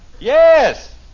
Yes